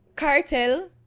Cartel